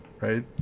right